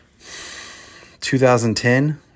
2010